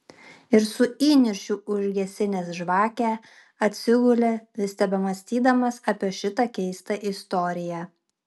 ir su įniršiu užgesinęs žvakę atsigulė vis tebemąstydamas apie šitą keistą istoriją